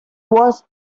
was